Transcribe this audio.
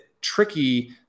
tricky